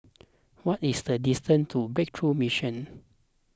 what is the distance to Breakthrough Mission